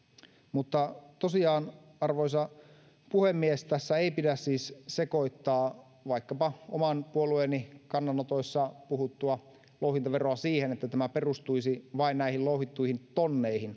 mutta tosiaan arvoisa puhemies tässä ei pidä siis sekoittaa vaikkapa oman puolueeni kannanotoissa mainittua louhintaveroa siihen että tämä perustuisi vain näihin louhittuihin tonneihin